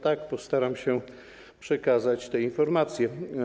Tak, postaram się przekazać te informacje.